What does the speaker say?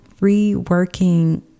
reworking